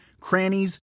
crannies